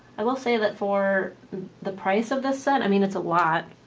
i will say that for the price of this set. i mean it's a lot,